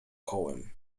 kołem